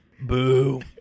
Boo